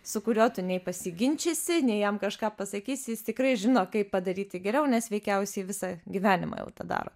su kuriuo tu nei pasiginčysi nei jam kažką pasakysi jis tikrai žino kaip padaryti geriau nes veikiausiai visą gyvenimą jau tą daro